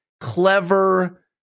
clever